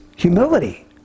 Humility